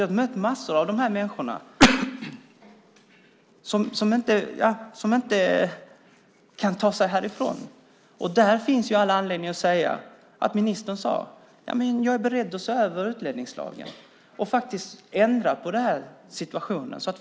Jag har mött massor av de här människorna, som inte kan ta sig härifrån. Det finns all anledning att uppmärksamma att ministern sade: Jag är beredd att se över utlänningslagen och ändra på situationen.